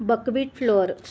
बकबिट floor